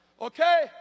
okay